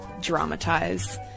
dramatize